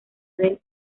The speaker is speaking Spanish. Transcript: del